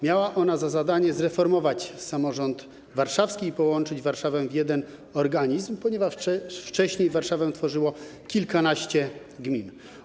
Miała ona za zadanie zreformować samorząd warszawski i połączyć Warszawę w jeden organizm, ponieważ wcześniej Warszawę tworzyło kilkanaście gmin.